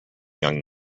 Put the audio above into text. young